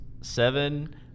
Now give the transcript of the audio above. seven